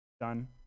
done